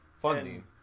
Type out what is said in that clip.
funding